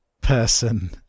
person